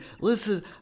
listen